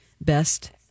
best